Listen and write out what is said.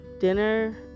dinner